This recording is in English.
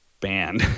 ban